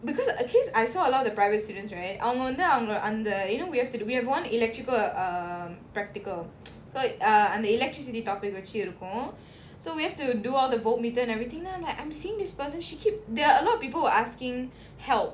because because I saw a lot of the private students right அவங்க வந்து அந்த:avanga vanthu antha you know we have to do we have one electrical uh practical so err அந்த:antha electricity topic வச்சி இருக்கோம்:vachchi irukom so we have to do all the voltmeter and everything lah like I am seeing this person she keep there are a lot of people who were asking help